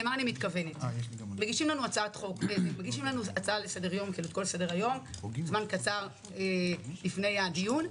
מגישים לנו הצעה לסדר היום זמן קצר לפני הדיון,